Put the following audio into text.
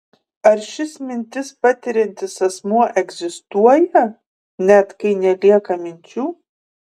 ar šis mintis patiriantis asmuo egzistuoja net kai nelieka minčių